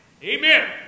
Amen